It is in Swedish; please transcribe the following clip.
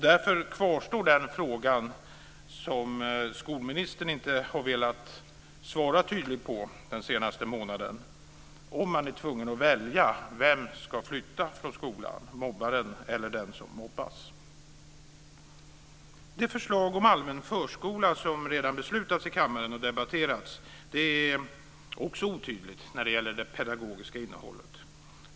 Därför kvarstår den fråga som skolministern inte har velat svara tydligt på den senaste månaden: Om man blir tvungen att välja - vem ska flytta från skolan, mobbaren eller den som mobbas? Det förslag om allmän förskola som redan beslutats om och debatterats i kammaren är också otydligt när det gäller det pedagogiska innehållet.